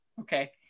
Okay